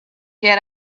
get